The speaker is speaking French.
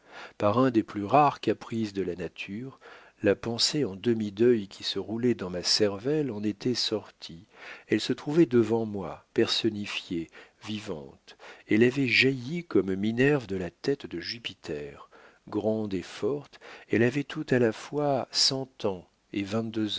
par un des plus rares caprices de la nature la pensée en demi-deuil qui se roulait dans ma cervelle en était sortie elle se trouvait devant moi personnifiée vivante elle avait jailli comme minerve de la tête de jupiter grande et forte elle avait tout à la fois cent ans et